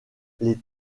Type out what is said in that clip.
les